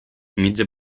mitja